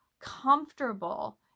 comfortable